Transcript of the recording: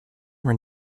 were